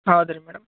ಹೌದು ರೀ ಮೇಡಮ್